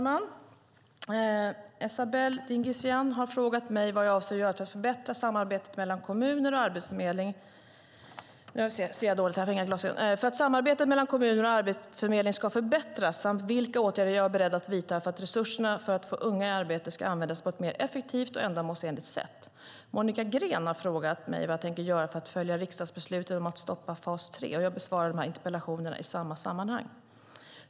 Fru talman! Jag ser dåligt, för jag har inga glasögon. Esabelle Dingizian har frågat mig vad jag avser att göra för att samarbetet mellan kommunerna och Arbetsförmedlingen ska förbättras samt vilka åtgärder jag är beredd att vidta för att resurserna för att få unga i arbete ska användas på ett mer effektivt och ändamålsenligt sätt. Monica Green har frågat mig vad jag tänker göra för att följa riksdagsbeslutet om att stoppa fas 3. Jag besvarar interpellationerna i ett sammanhang.